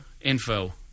info